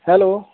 hello